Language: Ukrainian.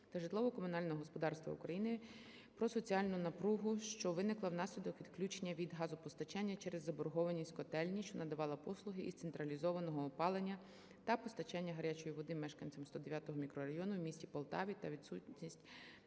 України про соціальну напругу, що виникла внаслідок відключення від газопостачання через заборгованість котельні, що надавала послуги із централізованого опалення та постачання гарячої води мешканцям 109-го мікрорайону у місті Полтаві, та відсутності